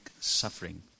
suffering